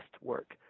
work